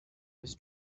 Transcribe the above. his